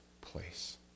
place